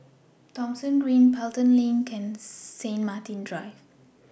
Thomson Green Pelton LINK and St Martin's Drive